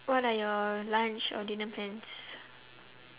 what are your lunch or dinner plans